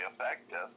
effective